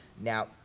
Now